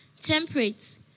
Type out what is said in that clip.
temperate